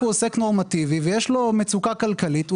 אדם שהוא עוסק נורמטיבי ויש לו מצוקה כלכלית,